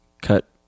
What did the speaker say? cut